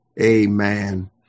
Amen